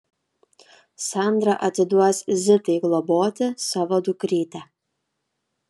sandra atiduos zitai globoti savo dukrytę